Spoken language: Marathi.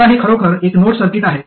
आता हे खरोखर एक नोड सर्किट आहे